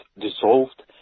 dissolved